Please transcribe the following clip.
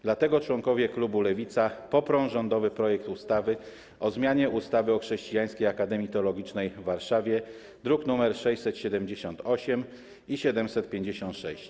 Dlatego członkowie klubu Lewica poprą rządowy projekt ustawy o zmianie ustawy o Chrześcijańskiej Akademii Teologicznej w Warszawie, druki nr 678 i 756.